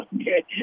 Okay